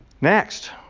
next